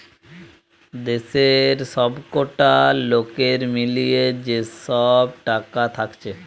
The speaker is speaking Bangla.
দেশের সবকটা লোকের মিলিয়ে যে সব টাকা থাকছে